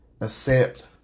accept